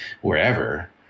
wherever